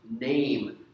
name